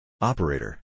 Operator